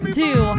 two